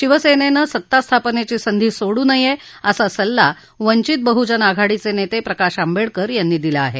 शिवसेनेनं सत्ता स्थापनेची संधी सोडू नये असा सल्ला वंचित बहुजन आघाडीचे नेते प्रकाश आंबेडकर यांनी दिला आहे